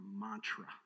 mantra